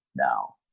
Now